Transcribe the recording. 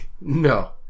No